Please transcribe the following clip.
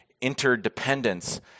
interdependence